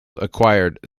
acquired